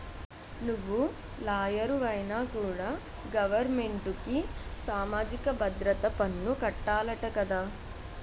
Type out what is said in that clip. నువ్వు లాయరువైనా కూడా గవరమెంటుకి సామాజిక భద్రత పన్ను కట్టాలట కదా